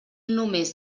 només